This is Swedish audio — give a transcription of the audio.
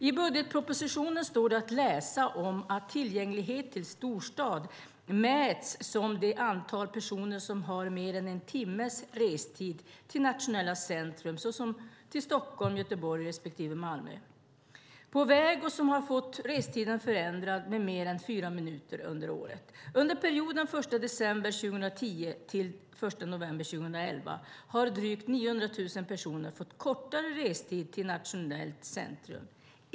I budgetpropositionen står det att läsa att tillgänglighet till storstad mäts som det antal personer som har mer än en timmes restid på väg till nationella centrum som Stockholm, Göteborg respektive Malmö och som har fått restiden förändrad med mer än fyra minuter under året. Under perioden den 1 december 2010 till den 1 november 2011 har drygt 900 000 personer fått kortare restid till ett nationellt centrum.